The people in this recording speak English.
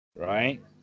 right